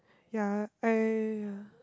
ya !aiya!